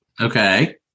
Okay